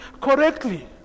correctly